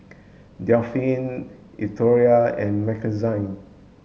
Daphne Eldora and Mackenzie